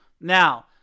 Now